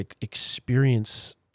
experience